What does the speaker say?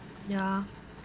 ya